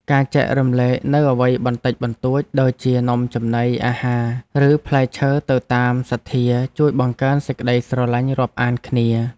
ការចែករំលែកនូវអ្វីបន្តិចបន្តួចដូចជានំចំណីអាហារឬផ្លែឈើទៅតាមសទ្ធាជួយបង្កើនសេចក្តីស្រឡាញ់រាប់អានគ្នា។